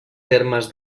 termes